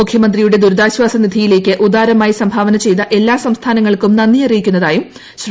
മുഖ്യമന്ത്രിയുടെ ദുരിതാശ്വാസ നിധിയിലേയ്ക്ക് ഉദാരമായി സംഭാവന ചെയ്ത എല്ലാ സംസ്ഥാനങ്ങൾക്കും നന്ദി അറിയിക്കുന്നതായും ശ്രീ